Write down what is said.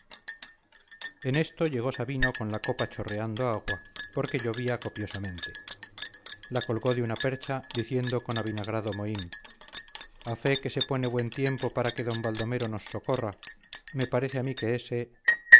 en esto llegó sabino con la capa chorreando agua porque llovía copiosamente la colgó de una percha diciendo con avinagrado mohín a fe que se pone buen tiempo para que d baldomero nos socorra me parece a mí que ese